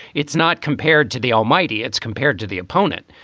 it's not compared to the almighty. it's compared to the opponent.